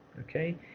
Okay